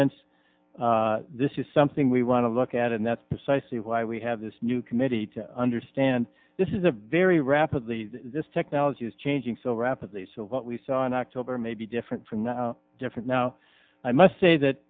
refinements this is something we want to look at and that's precisely why we have this new committee to understand this is a very rapid the this technology is changing so rapidly so what we saw in october may be different from now different now i must say that